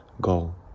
goal